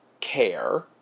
care